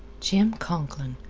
jim conklin.